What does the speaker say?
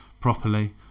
properly